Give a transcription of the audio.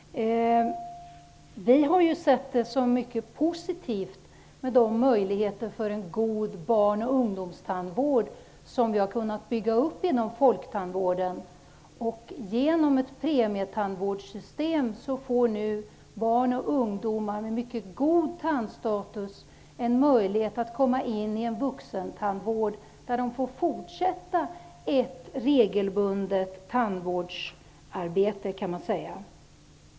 Vi har sett det som mycket positivt med de möjligheter för en god barn och ungdomstandvård som vi har kunnat bygga upp inom folktandvården, och genom ett premietandvårdssystem får nu barn och ungdomar med mycket god tandstatus en möjlighet att komma in i vuxentandvården, där de får fortsätta ett regelbundet tandvårdsarbete, kan man säga.